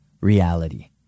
reality